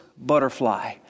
butterfly